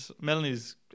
Melanie's